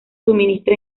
suministra